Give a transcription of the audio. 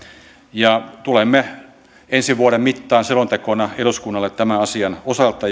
ja tuomme ensi vuoden mittaan selontekona eduskunnalle tämän asian osalta